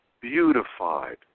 beautified